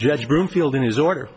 judge broomfield in his order